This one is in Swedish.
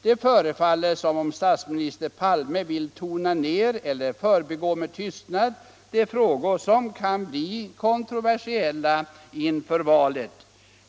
Det förefaller som om statsminister Palme vill tona ned eller förbigå med tystnad de frågor som kan bli kontroversiella inför valet.